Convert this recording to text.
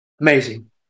Amazing